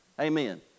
Amen